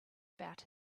about